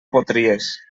potries